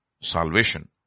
salvation